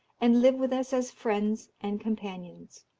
and live with us as friends and companions.